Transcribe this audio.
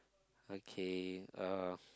okay uh